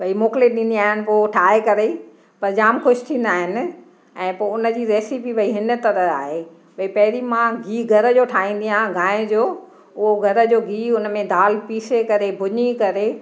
भई मोकिले ॾींदी आहियां पोइ ठाहे करे ई पर जाम ख़ुशि थींदा आहिनि ऐं पोइ उनजी रेसिपी भई हिन तरह आहे भई पहिरीं मां गीहु घर जो ठाहींदी आहिंयां गांइ जो उहो घर जो गीहु उनमें दालि पीसे करे भुञी करे